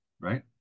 right